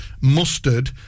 mustard